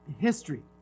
history